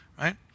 right